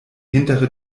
hintere